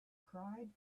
cried